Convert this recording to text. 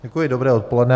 Děkuji, dobré odpoledne.